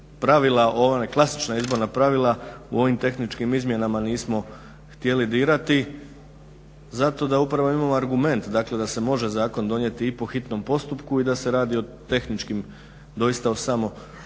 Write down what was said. pravila, ona klasična izborna pravila u ovim tehničkim izmjenama nismo htjeli dirati zato da upravo imamo argument, dakle da se može zakon donijeti i po hitnom postupku i da se radi o tehničkim, doista o samo tehničkim